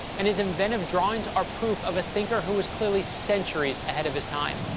and his inventive drawings are proof of a thinker who was clearly centuries ahead of his time.